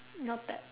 noted